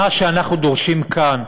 מה שאנחנו דורשים כאן,